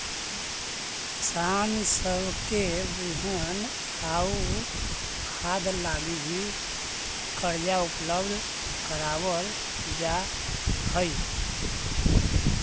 किसान सब के बिहन आउ खाद लागी भी कर्जा उपलब्ध कराबल जा हई